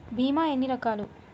భీమ ఎన్ని రకాలు?